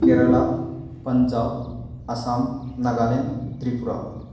Kerala Punjab Assam Nagaland Tripura